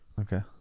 okay